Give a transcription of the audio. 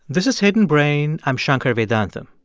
this is hidden brain. i'm shankar vedantam.